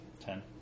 Ten